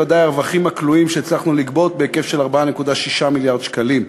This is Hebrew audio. וודאי הרווחים הכלואים שהצלחנו לגבות בהיקף של 4.6 מיליארד שקלים.